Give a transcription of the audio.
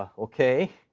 ah ok?